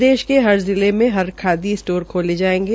प्रदेश के हर जिले में हरखादी स्टोर खोलें जायेंगे